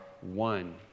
one